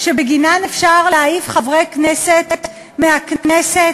שבגינן אפשר להעיף חברי כנסת מהכנסת,